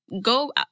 go